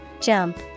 Jump